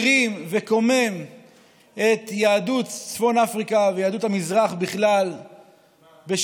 הרים וכונן את יהדות צפון אפריקה ויהדות המזרח בכלל בשיריו,